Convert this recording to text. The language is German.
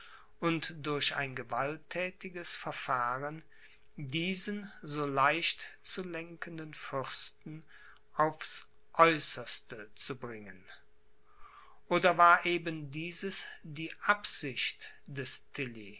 und durch ein gewaltthätiges verfahren diesen so leicht zu lenkenden fürsten aufs aeußerste zu bringen oder war eben dieses die absicht des